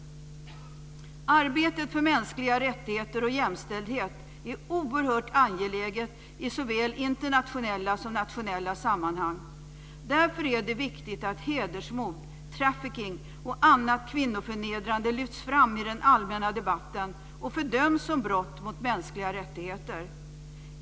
Arbetet för mänskliga rättigheter och jämställdhet är oerhört angeläget i såväl internationella som nationella sammanhang. Därför är det viktigt att hedersmord, trafficking och annat kvinnoförnedrande lyfts fram i den allmänna debatten och fördöms som brott mot mänskliga rättigheter.